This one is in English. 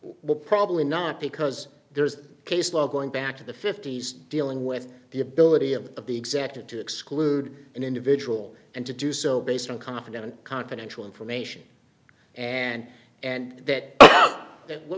will probably not because there's case law going back to the fifty's dealing with the ability of the exacted to exclude an individual and to do so based on confident confidential information and and that what